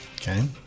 Okay